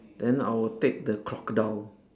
then I will take the crocodile